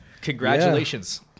Congratulations